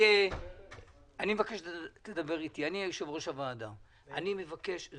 אני מבקש שתדבר איתי, אני יושב-ראש הוועדה הזמני.